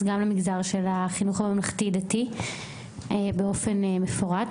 גם למגזר של החינוך הממלכתי דתי באופן מפורט.